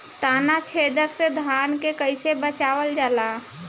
ताना छेदक से धान के कइसे बचावल जाला?